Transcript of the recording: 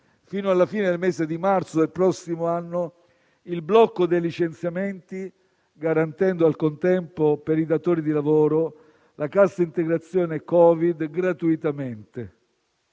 fino alla fine del mese di marzo del prossimo anno, il blocco dei licenziamenti, garantendo al contempo per i datori di lavoro la cassa integrazione cosiddetta